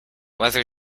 whether